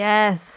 Yes